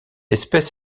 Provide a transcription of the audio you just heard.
espèce